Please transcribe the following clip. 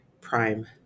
Prime